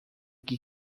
que